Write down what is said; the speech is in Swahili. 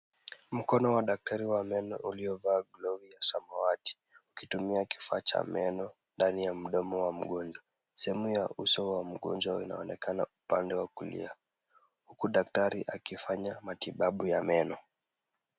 Mkono wa daktari wa meno uliovaa glovu ya samawati ukitumia kifaa cha meno ndani ya mdomo wa mgonjwa. Sehemu ya uso wa mgonjwa inaonekana upande wa kulia huku daktari akifanya matibabu ya meno.